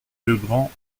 legrand